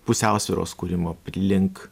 pusiausvyros kūrimo link